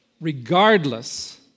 regardless